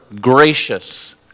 gracious